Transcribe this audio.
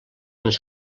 les